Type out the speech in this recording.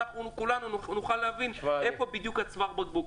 ואנחנו כולנו נוכל להבין איפה בדיוק צוואר הבקבוק.